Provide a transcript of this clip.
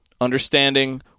understanding